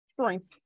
strengths